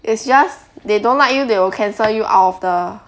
it's just they don't like you they will cancel you out of the